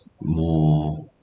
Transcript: more